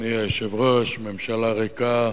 אדוני היושב-ראש, ממשלה ריקה,